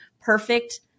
perfect